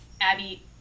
Abby